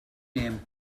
name